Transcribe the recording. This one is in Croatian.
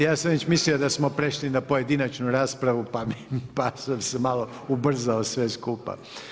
Ja sam već mislio da smo prešli na pojedinačnu raspravu, pa sam se malo ubrzao sve skupa.